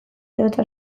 edota